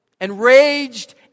Enraged